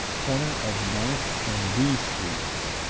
corner of ninth and d streets,